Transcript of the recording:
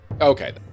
Okay